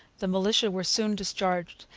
the militia were soon discharged.